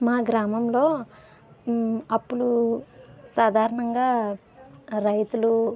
మా గ్రామంలో అప్పులు సాధారణంగా రైతులు